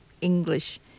English